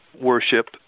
worship